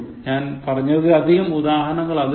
ഞാൻ പറഞ്ഞതിലധികം ഉദാഹരങ്ങൾ അതിലുണ്ട്